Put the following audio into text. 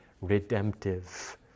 redemptive